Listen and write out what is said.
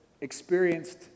experienced